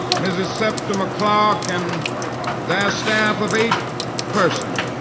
mrs. septima clark, and their staff of eight persons,